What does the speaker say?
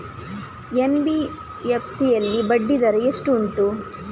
NBFC ಯಲ್ಲಿ ಬಡ್ಡಿ ದರ ಎಷ್ಟು ಉಂಟು?